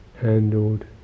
handled